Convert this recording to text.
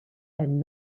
and